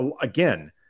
again